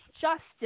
justice